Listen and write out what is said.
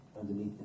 underneath